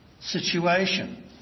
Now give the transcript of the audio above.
situation